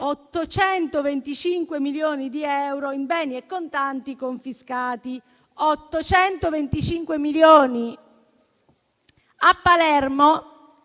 825 milioni di euro in beni e contanti confiscati. A Palermo,